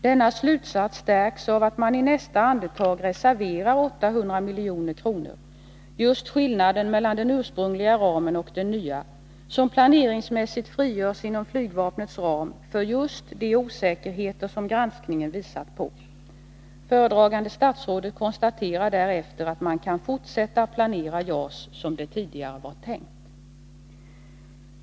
Denna slutsats stärks av att man i nästa andetag reserverar 800 milj.kr. — just skillnaden mellan den ursprungliga ramen och den nya — som planeringsmässigt frigörs inom flygvapnets ram för just den osäkerhet som granskningen visat på. Föredragande statsrådet konstaterar därefter att man kan fortsätta planera JAS som det tidigare var tänkt.